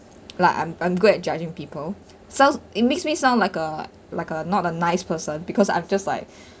like I'm I'm good at judging people sound it makes me sound like a like a not a nice person because I'm just like